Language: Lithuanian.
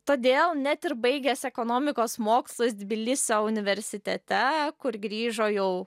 todėl net ir baigęs ekonomikos mokslus tbilisio universitete kur grįžo jau